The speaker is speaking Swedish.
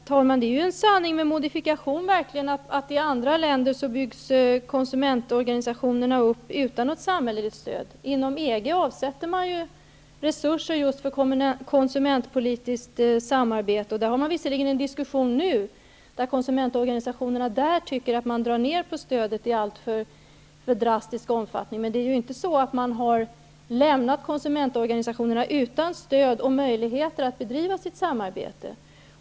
Herr talman! Det är verkligen en sanning med modifikation att det i andra länder byggs upp konsumentorganisationer utan något samhälleligt stöd. Inom EG avsätts resurser just för konsumentpolitiskt samarbete. Det förs visserligen nu en diskussion, eftersom konsumentorganisationerna där tycker att man drar ned på stödet i allför drastisk omfattning. Det är inte så att man har lämnat konsumentorganisationerna utan stöd och möjligheter att bedriva sitt samarbete.